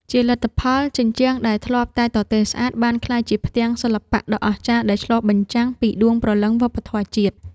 ជាលទ្ធផល ជញ្ជាំងដែលធ្លាប់តែទទេស្អាត បានក្លាយជាផ្ទាំងសិល្បៈដ៏អស្ចារ្យដែលឆ្លុះបញ្ចាំងពីដួងព្រលឹងវប្បធម៌ជាតិ។